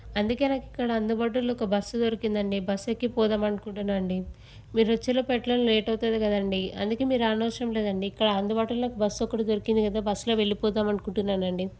అందుకే నాకిక్కడ అందుబాటులో ఒక బస్సు దొరికిందండి బస్సెక్కి పోదాం అనుకుంటున్నా అండి మీరు వచ్చే లోపు ఎలానో లేట్ అవుతుంది కదండి అందుకే మీరు రానవసరం లేదండి ఇక్కడ అందుబాటులో బస్సు ఒకటి దొరికింది కదా బస్లో వెళ్ళిపోదాం అనుకుంటున్నానండి